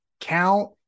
count